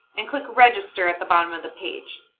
and click register at the bottom of the page.